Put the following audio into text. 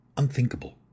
unthinkable